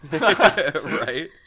Right